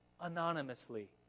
anonymously